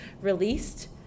released